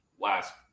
last